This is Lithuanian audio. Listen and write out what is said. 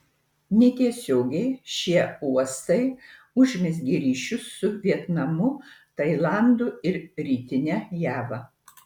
netiesiogiai šie uostai užmezgė ryšius su vietnamu tailandu ir rytine java